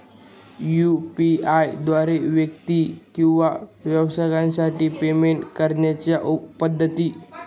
UPI द्वारे व्यक्ती किंवा व्यवसायांसाठी पेमेंट करण्याच्या पद्धती